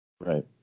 Right